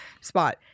spot